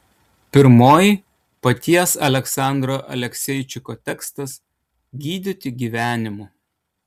pirmoji paties aleksandro alekseičiko tekstas gydyti gyvenimu